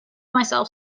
myself